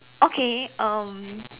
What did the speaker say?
okay um